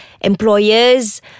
employers